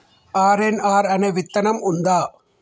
RNR అనే విత్తనం ఉందా?